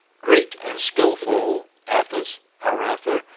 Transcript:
great and skilful efforts, however,